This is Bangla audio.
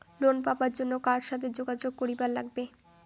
লোন পাবার জন্যে কার সাথে যোগাযোগ করিবার লাগবে?